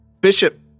Bishop